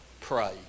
Pray